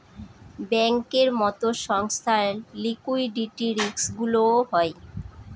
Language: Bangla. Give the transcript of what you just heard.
ব্যাঙ্কের মতো সংস্থার লিকুইডিটি রিস্কগুলোও হয়